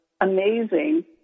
amazing